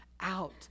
out